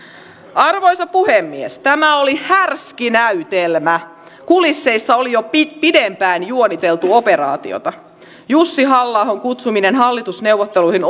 arvoisa puhemies tämä oli härski näytelmä kulisseissa oli jo pidempään juoniteltu operaatiota jussi halla ahon kutsuminen hallitusneuvotteluihin